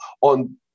on